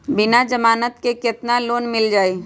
बिना जमानत के केतना लोन मिल जाइ?